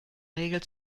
regel